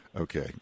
Okay